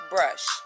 Brush